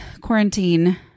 quarantine